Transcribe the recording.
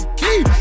keep